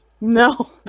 No